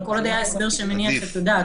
אבל כל עוד היה הסבר שמניח את הדעת,